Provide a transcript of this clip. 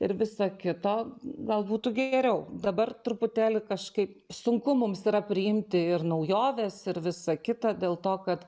ir visa kito gal būtų geriau dabar truputėlį kažkaip sunku mums yra priimti ir naujoves ir visa kita dėl to kad